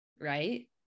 right